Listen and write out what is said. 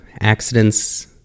accidents